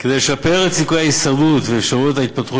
כדי לשפר את סיכויי ההישרדות ואפשרויות ההתפתחות